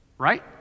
right